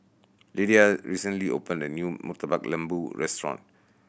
Lydia recently opened a new Murtabak Lembu restaurant